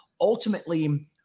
ultimately